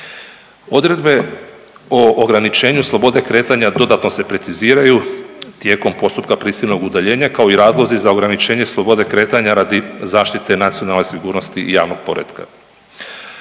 Odredbe o ograničenju slobode kretanja dodatno se preciziraju tijelom postupka prisilnog udaljenja kao i razlozi za ograničenje slobode kretanja radi zaštite nacionalne sigurnosti i javnog poretka.